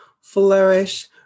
flourish